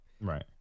Right